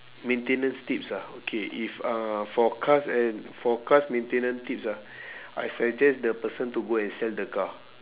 maintenance tips ah okay if uh for cars and for cars maintenance tips ah I suggest the person to go and sell the car